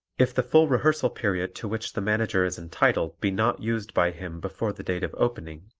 if the full rehearsal period to which the manager is entitled be not used by him before the date of opening,